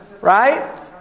Right